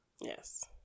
Yes